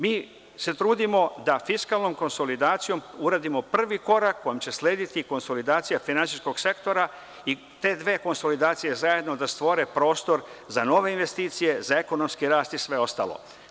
Mi se trudimo da fiskalnom konsolidacijom uradimo prvi korak kojem će slediti konsolidacija finansijskog sektora i te dve konsolidacije zajedno da stvore prostor za nove investicije, za ekonomski rast i sve ostalo.